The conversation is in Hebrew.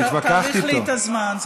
תאריך לי את הזמן.